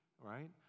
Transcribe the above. right